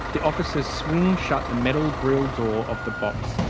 the officers swing shut the metal grille door of the box,